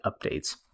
updates